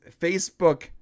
Facebook